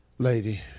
Lady